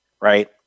right